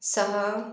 सहा